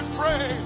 pray